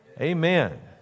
Amen